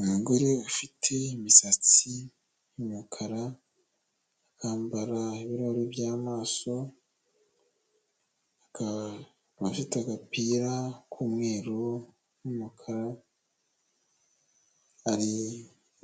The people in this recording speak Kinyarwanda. Abagore benshi n'abagabo benshi bicaye ku ntebe bari mu nama batumbiriye imbere yabo bafite amazi yo kunywa ndetse n'ibindi bintu